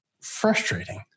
frustrating